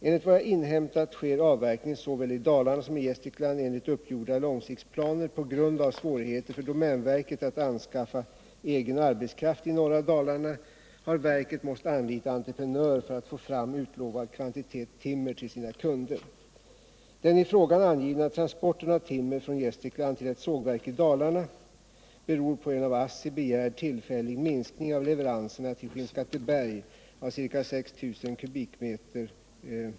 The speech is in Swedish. Enligt vad jag inhämtat sker avverkningen såväl i Dalarna som i Gästrikland enligt uppgjorda långsiktsplaner. På grund av svårigheter för domänverket att anskaffa egen arbetskraft i norra Dalarna har verket måst anlita entreprenör för att få fram utlovad kvantitet timmer till sina kunder. Den i frågan angivna transporten av timmer från Gästrikland till ett sågverk i Dalarna beror på en av ASSI begärd tillfällig minskning av leveranserna till Skinnskatteberg av ca 6 000 m?.